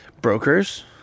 brokers